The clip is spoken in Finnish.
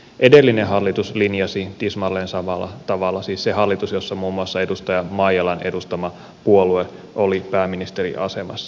edellinen hallitus linjasi tismalleen samalla tavalla siis se hallitus jossa muun muassa edustaja maijalan edustama puolue oli pääministeriasemassa